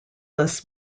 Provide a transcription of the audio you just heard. less